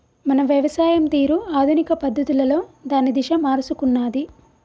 మన వ్యవసాయం తీరు ఆధునిక పద్ధతులలో దాని దిశ మారుసుకున్నాది